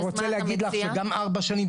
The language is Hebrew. אני רוצה להגיד לך שגם ארבע שנים,